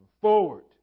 forward